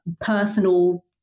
personal